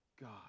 God